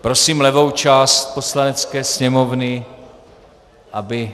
Prosím levou část Poslanecké sněmovny, aby...